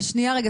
שנייה רגע,